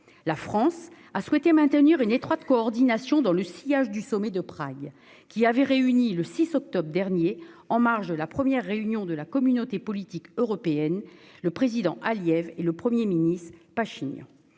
La France a « souhaité maintenir une étroite coordination dans le sillage du sommet de Prague », qui avait réuni le 6 octobre dernier, en marge de la première réunion de la Communauté politique européenne, le président Aliyev et le premier ministre Pachinian.